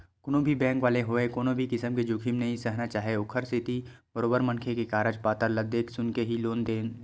कोनो भी बेंक वाले होवय कोनो किसम के जोखिम नइ सहना चाहय ओखरे सेती बरोबर मनखे के कागज पतर ल देख सुनके ही लोन ल देथे